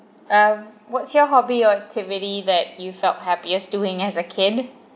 um what's your hobby or activity that you felt happiest doing as a kid